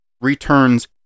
returns